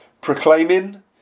proclaiming